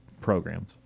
programs